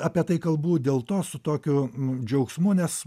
apie tai kalbu dėl to su tokiu džiaugsmu nes